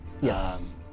Yes